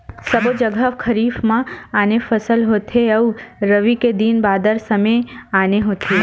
सबो जघा खरीफ म आने फसल होथे अउ रबी के दिन बादर समे आने होथे